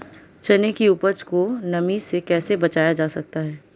चने की उपज को नमी से कैसे बचाया जा सकता है?